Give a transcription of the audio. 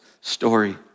story